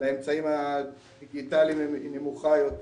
לאמצעים הדיגיטליים היא נמוכה יותר,